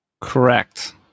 Correct